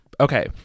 okay